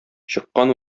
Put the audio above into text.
чыккан